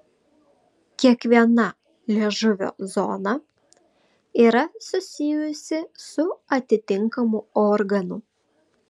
kiekviena liežuvio zona yra susijusi su atitinkamu organu